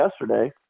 yesterday